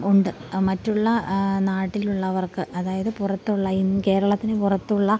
ഉണ്ട് മറ്റുള്ള നാട്ടിലുള്ളവർക്ക് അതായത് പുറത്തുള്ള കേരളത്തിനു പുറത്തുള്ള